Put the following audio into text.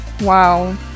Wow